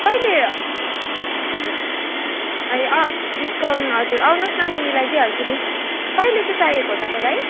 कहिले हजुर ए अँ डिस्काउन्ट हजुर आउनुहोस् न म मिलाइदिइहाल्छु नि कहिले चाहिँ चाहिएको हो तपाईँलाई